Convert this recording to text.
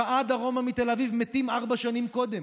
שעה דרומה מתל אביב מתים ארבע שנים קודם.